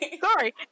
Sorry